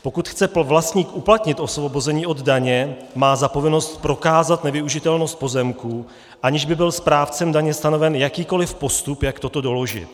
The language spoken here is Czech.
Pokud chce vlastník uplatnit osvobození od daně, má za povinnost prokázat nevyužitelnost pozemků, aniž by byl správcem daně stanoven jakýkoli postup, jak toto doložit.